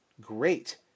great